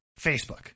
Facebook